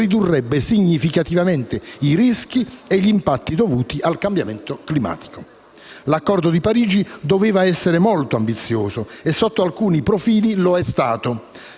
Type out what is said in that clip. ridurrebbe significativamente i rischi e gli impatti dovuti al cambiamento climatico. L'Accordo di Parigi doveva essere molto ambizioso e sotto alcuni profili lo è stato.